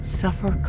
suffer